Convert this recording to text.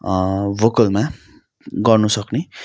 भोकलमा गर्नु सक्ने